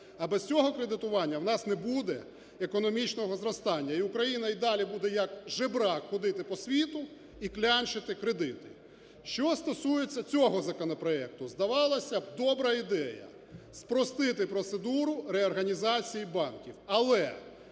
А без цього кредитування у нас не буде економічного зростання. І Україна і далі буде як жебрак ходити по світу і клянчити кредити. Що стосується цього законопроекту? Здавалося б добра ідея спростити процедуру реорганізації банків.